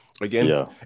again